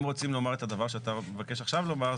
אם רוצים לומר את הדבר שאתה מבקש עכשיו לומר,